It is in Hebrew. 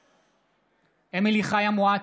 נגד אמילי חיה מואטי,